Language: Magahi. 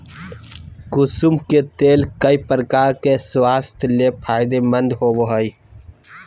कुसुम के तेल कई प्रकार से स्वास्थ्य ले फायदेमंद होबो हइ